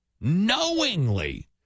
Knowingly